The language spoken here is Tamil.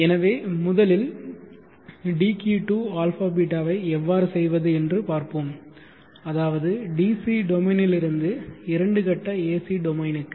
எனவே முதலில் dq to α ß ஐ எவ்வாறு செய்வது என்று பார்ப்போம் அதாவது dc டொமைனிலிருந்து இரண்டு கட்ட ஏசி டொமைனுக்கு